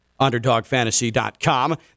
UnderdogFantasy.com